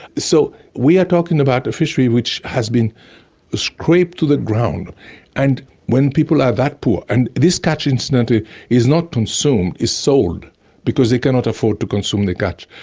so we are talking about a fishery which has been scraped to the ground and when people are that poor. and this catch incident ah is not consumed is sold because they cannot afford to consume the catch.